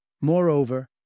Moreover